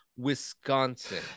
Wisconsin